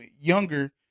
younger